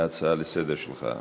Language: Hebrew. ההצעה לסדר-היום שלך.